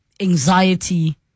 anxiety